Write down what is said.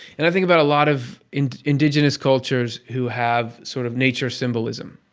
and i think about a lot of indigenous cultures who have sort of nature symbolism,